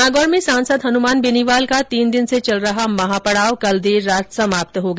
नागौर में सांसद हनुमान बेनीवाल का तीन दिन से चल रहा महापडाव कल देर रात समाप्त हो गया